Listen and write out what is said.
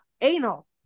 anal